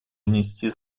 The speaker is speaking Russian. внести